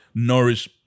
Norris